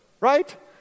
right